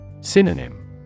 Synonym